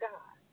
God